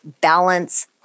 balance